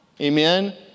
Amen